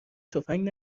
تفنگ